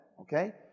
okay